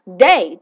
day